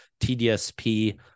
TDSP